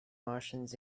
martians